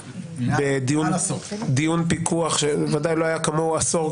דיון פיקוח שוודאי לא היה כמוהו עשור,